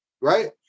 right